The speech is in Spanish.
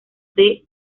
del